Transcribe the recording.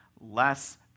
less